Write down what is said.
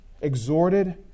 exhorted